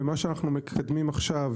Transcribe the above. ומה שאנחנו מקדמים עכשיו